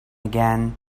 again